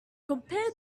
compare